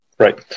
Right